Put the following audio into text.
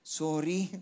sorry